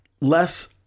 less